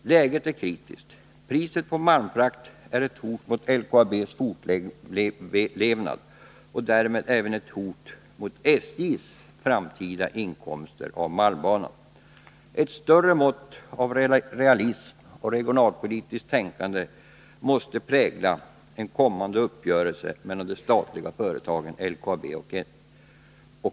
Läget är kritiskt. Priset på malmfrakt är ett hot mot LKAB:s fortlevnad och därmed även ett hot mot SJ:s framtida inkomster av malmbanan. Ett större mått av realism och regionalpolitiskt tänkande måste prägla en kommande uppgörelse mellan de statliga företagen LKAB och SJ.